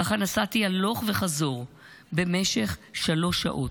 ככה נסעתי הלוך וחזור במשך שלוש שעות.